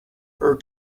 her